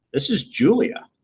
it's just julia.